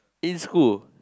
in school